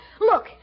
Look